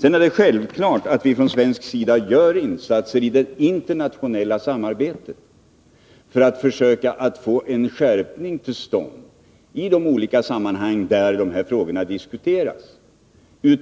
Det är självklart att vi från svensk sida i olika sammanhang gör insatser i det internationella samarbetet, när de här frågorna debatteras, för att försöka få en skärpning till stånd